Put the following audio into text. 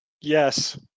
Yes